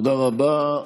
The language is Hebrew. תודה רבה.